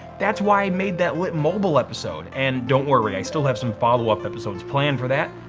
that's why i made that lit mobile episode, and don't worry. i still have some followup episodes planned for that.